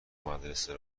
مدرسه